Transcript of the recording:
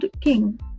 king